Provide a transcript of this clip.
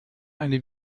eine